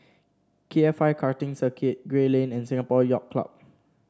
K F I Karting Circuit Gray Lane and Singapore Yacht Club